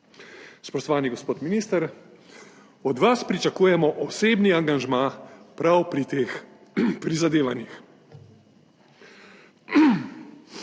Spoštovani gospod minister, od vas pričakujemo osebni angažma prav pri teh prizadevanjih.